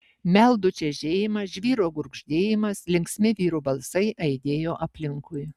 meldų čežėjimas žvyro gurgždėjimas linksmi vyrų balsai aidėjo aplinkui